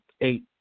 eight